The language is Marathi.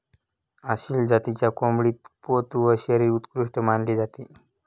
आसिल जातीच्या कोंबडीचा पोत व शरीर उत्कृष्ट मानले जाते